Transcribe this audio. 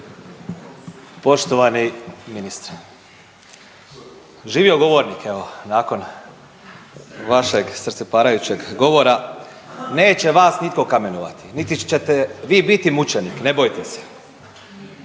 Poštovani ministre, živio govornik evo nakon vašeg srce parajućeg govora. Neće vas nitko kamenovati, niti ćete vi biti mučenik, ne bojte se.